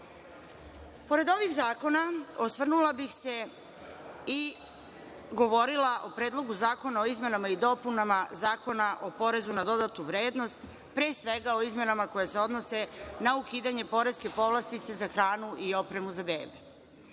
ovih zakona osvrnula bih se i govorila o Predlogu zakona o izmenama i dopunama Zakona o porezu na dodatu vrednost, pre svega o izmenama koje se odnose na ukidanje poreske povlastice za hranu i opremu za bebe.